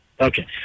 Okay